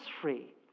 free